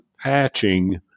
patching